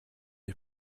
ich